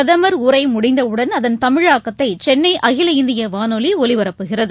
பிரதமர் உரைமுடிந்தவுடன் அதன் தமிழாக்கத்தைசென்னைஅகில இந்தியவானொலிஒலிபரப்புகிறது